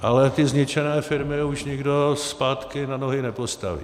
Ale ty zničené firmy už nikdo zpátky na nohy nepostaví.